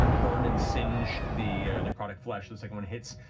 ah burned and singed the necrotic flash. the second one hits,